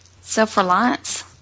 Self-reliance